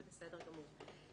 זה בסדר גמור,